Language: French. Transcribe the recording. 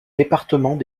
département